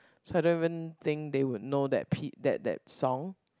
so I don't even think they would know that pi~ that that song